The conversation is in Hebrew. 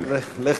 אל תדאג.